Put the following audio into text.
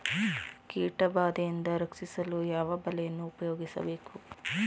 ಕೀಟಬಾದೆಯಿಂದ ರಕ್ಷಿಸಲು ಯಾವ ಬಲೆಯನ್ನು ಉಪಯೋಗಿಸಬೇಕು?